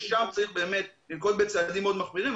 ושם באמת צריך לנקוט צעדים מאוד מחמירים.